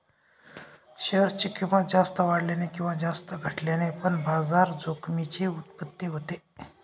share ची किंमत जास्त वाढल्याने किंवा जास्त घटल्याने पण बाजार जोखमीची उत्पत्ती होते